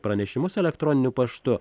pranešimus elektroniniu paštu